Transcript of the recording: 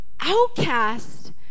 outcast